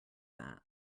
that